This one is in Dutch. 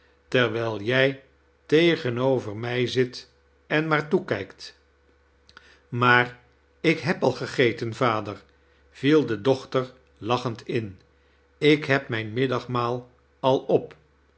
terwijl jij tegenover mij zit en maar toekijkt maar ik heb al gegeten vader viel de dochter lachend in ik heb mijn middagmaal al op